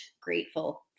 grateful